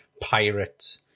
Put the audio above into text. pirate